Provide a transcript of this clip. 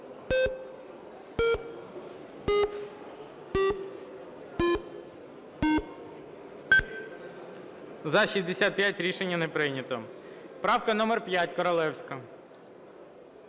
За-65 Рішення не прийнято. Правка номер 5, Королевська.